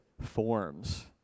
forms